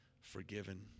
forgiven